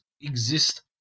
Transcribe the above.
exist